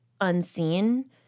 unseen